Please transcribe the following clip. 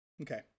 Okay